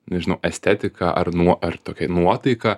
nežinau estetiką ar nuo ar tokią nuotaiką